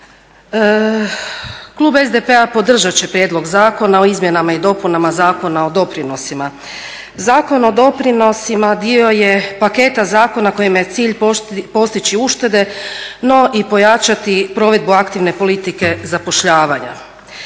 Klub SDP-a podržat će prijedlog zakona o izmjenama i dopunama Zakona o doprinosima. Zakon o doprinosima dio je paketa zakona kojim je cilj postići uštede no i pojačati provedbu aktivne politike zapošljavanja.